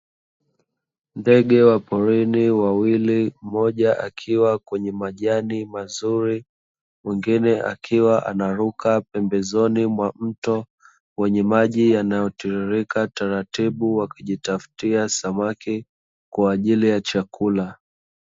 Ndege wa porini wawili, mmoja akiwa kwenye majani mazuri, mwingine akiwa anaruka pembezoni mwa mto wenye maji yanayotiririka taratibu, akijitafutia samaki kwa ajili ya chakula.